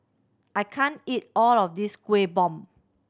I can't eat all of this Kuih Bom